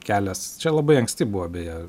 kelias čia labai anksti buvo beje